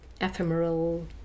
ephemeral